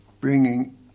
bringing